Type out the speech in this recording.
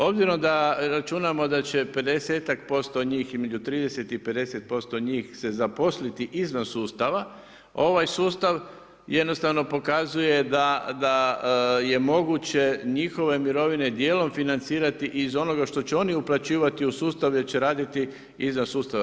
Obzirom da računamo da će 50% njih, između 30 i 50% njih se zaposliti izvan sustava, ovaj sustav jednostavno pokazuje da je moguće njihove mirovine djelom financirati iz onoga što će oni uplaćivati u sustav, jer će raditi i izvan sustava.